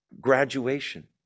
Graduation